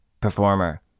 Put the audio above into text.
performer